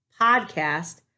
podcast